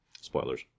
Spoilers